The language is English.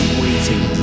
waiting